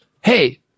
Hey